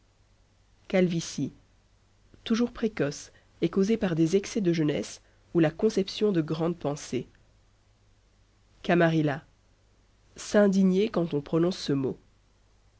calvitie toujours précoce est causée par des excès de jeunesse ou la conception de grande pensée camarilla s'indigner quand on prononce ce mot